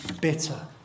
bitter